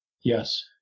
Yes